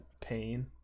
pain